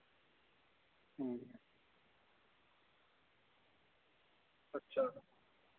अच्छा